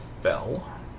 fell